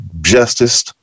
justice